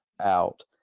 out